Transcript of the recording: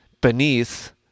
beneath